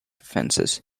defences